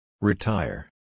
Retire